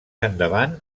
endavant